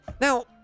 Now